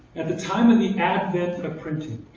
at the time of the advent of printing,